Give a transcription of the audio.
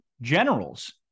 generals